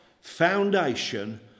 foundation